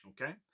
Okay